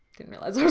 didn't realize i was